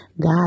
God